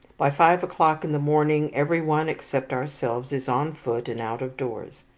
by five o'clock in the morning every one except ourselves is on foot and out of doors.